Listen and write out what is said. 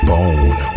Bone